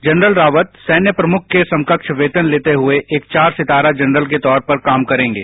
general Rawat सैन्य प्रमुख के समकक्ष वेतन लेते हुए एक चार सितारा जनरल पर काम करेंगे